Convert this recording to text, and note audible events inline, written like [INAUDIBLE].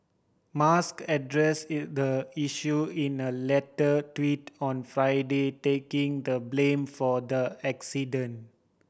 musk address [UNINTELLIGIBLE] the issue in a later tweet on Friday taking the blame for the accident